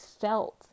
felt